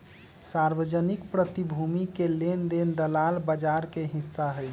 सार्वजनिक प्रतिभूति के लेन देन दलाल बजार के हिस्सा हई